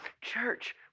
Church